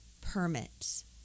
permits